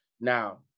Now